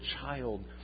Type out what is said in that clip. child